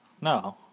No